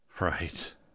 Right